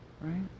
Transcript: right